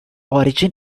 origin